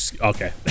Okay